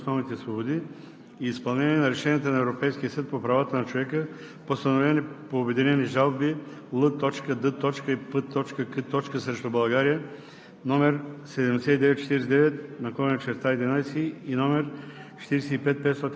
с правото на зачитане на личния и семейния живот съгласно чл. 8 от Конвенцията за защита правата на човека и основните свободи и изпълнения на решенията на Европейския съд по правата на човека, постановени по обединени жалби „Л.Д. и П.К. срещу България“